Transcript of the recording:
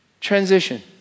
transition